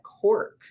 cork